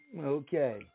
Okay